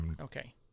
Okay